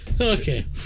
okay